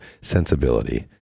sensibility